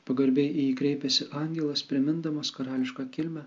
pagarbiai į jį kreipėsi angelas primindamas karališką kilmę